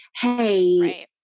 Hey